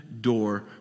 door